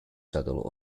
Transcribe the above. shuttle